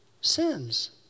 Sins